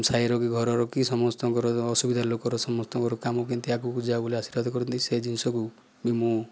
ସାଇର କି ଘରର କି ସମସ୍ତଙ୍କର ଅସୁବିଧା ଲୋକର ସମସ୍ତଙ୍କର କାମ କେମିତି ଆଗକୁ ଯେଉଁ ବୋଲି ଆଶୀର୍ବାଦ କରନ୍ତି ସେହି ଜିନିଷକୁ ବି ମୁଁ